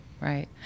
right